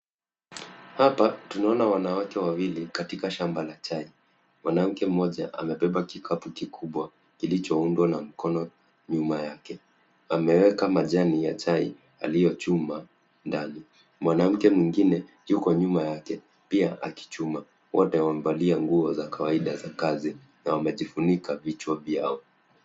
Hapa, tunaona wanawake wawili katika shamba la chai. Mwanamke mmoja amebeba kikapu kikubwa, kilichoundwa na mkono, nyuma yake. Ameweka majani ya chai, aliyochuma, ndani. Mwanamke mwingine yuko nyuma yake, pia akichuma. Wote wamevalia nguo za kawaida za kazi na wamejifunika vichwa vyao.